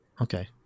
okay